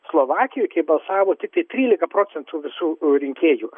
slovakijoj kai balsavo tiktai trylika procentų visų rinkėjų